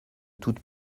toute